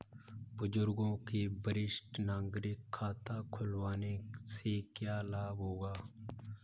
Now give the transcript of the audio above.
बुजुर्गों को वरिष्ठ नागरिक खाता खुलवाने से क्या लाभ होगा?